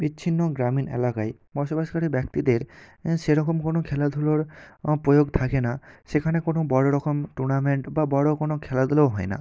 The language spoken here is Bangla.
বিচ্ছিন্ন গ্রামীণ এলাকায় বসবাসকারী ব্যক্তিদের সেরকম কোনো খেলাধুলোর প্রয়োগ থাকে না সেখানে কোনো বড়ো রকম টুর্নামেন্ট বা বড়ো কোনো খেলাধুলোও হয় না